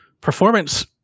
performance